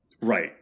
Right